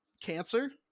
cancer